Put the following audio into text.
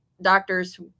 doctors